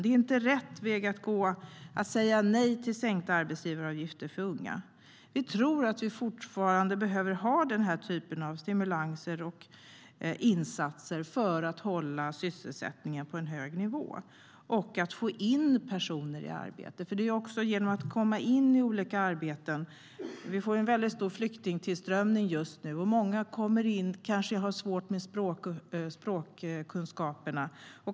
Det är inte rätt väg att gå att säga nej till sänkta arbetsgivaravgifter för unga. Vi tror att vi fortfarande behöver ha den här typen av stimulanser och insatser för att hålla sysselsättningen på en hög nivå och få in personer i arbete. Vi får just nu en väldigt stor flyktingtillströmning, och många som kommer har det svårt med språkkunskaperna.